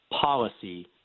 policy